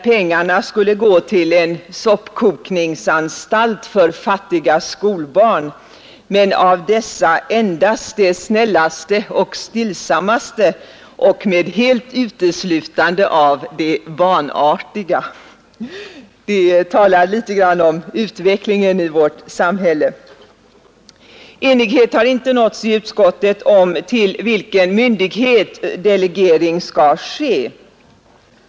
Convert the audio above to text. Pengarna skulle gå till en soppkokningsanstalt för fattiga skolbarn, men av dessa ”endast de snällaste och stillsammaste och med helt uteslutande av de vanartiga”. Det säger också något om utvecklingen i vårt samhälle. Enighet har inte nåtts i utskottet om till vilken myndighet delegering skall ske.